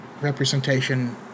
representation